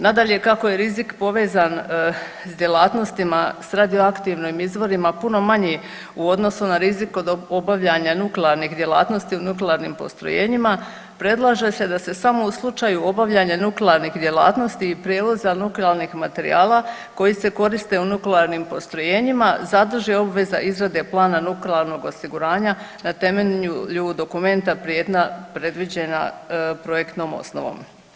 Nadalje, kako je rizik povezan s djelatnostima s radioaktivnim izvorima puno manji u odnosu na rizik od obavljanja nuklearnih djelatnosti u nuklearnim postrojenjima predlaže se da se samo u slučaju obavljanja nuklearnih djelatnosti i prijevoza nuklearnih materijala koji se koriste u nuklearnim postrojenjima zadrži obveza izrade plana nuklearnog osiguranja na temelju dokumenta prijetnja predviđena projektnom osnovom.